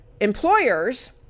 employers